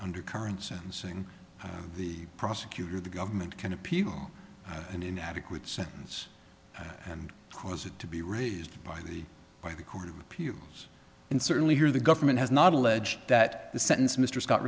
under current sentencing of the prosecutor the government can appeal an inadequate sentence and cause it to be raised by the by the court of appeals and certainly here the government has not alleged that the sentence mr scott